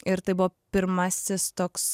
ir tai buvo pirmasis toks